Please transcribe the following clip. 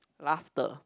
laughter